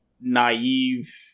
naive